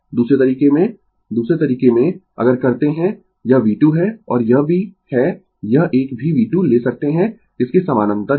दूसरे तरीके में दूसरे तरीके में अगर करते है यह V2 है और यह भी है यह एक भी V2 ले सकते है इस के समानांतर यह